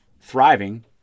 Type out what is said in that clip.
thriving